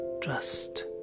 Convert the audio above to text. trust